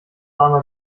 armer